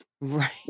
Right